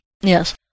Yes